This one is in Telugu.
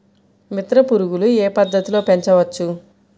మిత్ర పురుగులు ఏ పద్దతిలో పెంచవచ్చు?